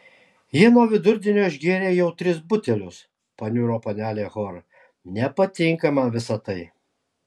jie nuo vidurdienio išgėrė jau tris butelius paniuro panelė hor nepatinka man visa tai